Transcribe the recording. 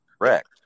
Correct